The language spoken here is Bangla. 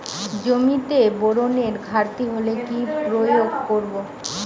জমিতে বোরনের ঘাটতি হলে কি প্রয়োগ করব?